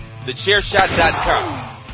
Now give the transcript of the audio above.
TheChairShot.com